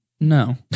No